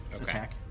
attack